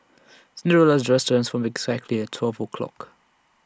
Cinderella's dress transformed exactly at twelve o'clock